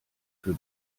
für